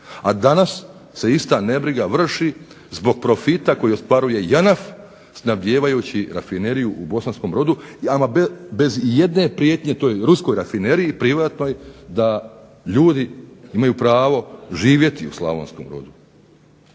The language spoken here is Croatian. A danas se ista nebriga vrši zbog profita koji ostvaruje JANAF snabdijevajući rafineriju u Bosanskom Brodu, ama bez ijedne prijetnje toj ruskoj rafineriji, privatnoj, da ljudi imaju pravo živjeti u Slavonskom Brodu,